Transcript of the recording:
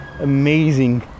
amazing